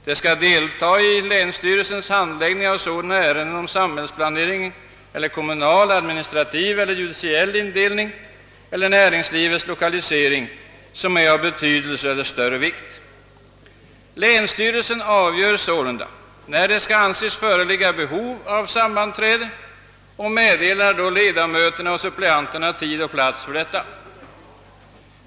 Det skall delta i länsstyrelsens handläggning av sådana ärenden rörande samhällsplanering eller kommunal, administrativ eller judiciell indelning eller näringslivets lokalisering som är av större vikt. Länsstyrelsen avgör sålunda när det skall anses föreligga behov av sammanträde och meddelar då ledamöterna och suppleanterna tid och plats för sammanträdet.